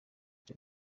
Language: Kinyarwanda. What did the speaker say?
cyo